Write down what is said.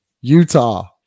Utah